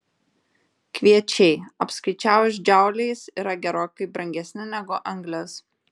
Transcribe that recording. kviečiai apskaičiavus džauliais yra gerokai brangesni negu anglis